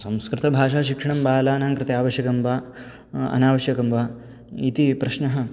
संस्कृतभाषाशिक्षणं बालानां कृते आवश्यकं वा अनावश्यकं वा इति प्रश्नः